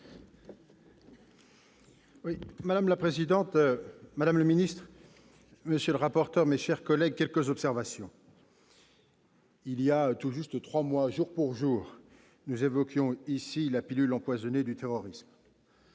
Madame la présidente, madame la ministre, monsieur le rapporteur, mes chers collègues, il y a tout juste trois mois, jour pour jour, nous évoquions ici la pilule empoisonnée du terrorisme.